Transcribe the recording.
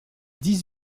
dix